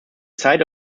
site